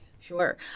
Sure